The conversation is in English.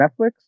Netflix